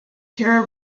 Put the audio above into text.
tara